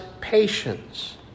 patience